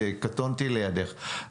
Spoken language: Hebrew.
קטונתי לידך,